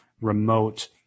remote